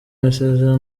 masezerano